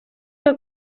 que